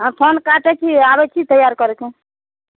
आब फोन काटै छी आबै छी तैआर करिके